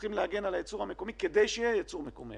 צריכים להגן על הייצור המקומי כדי שיהיה ייצור מקומי,